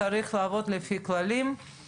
צריך לעבוד לפי הכללים,